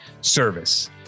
service